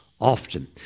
Often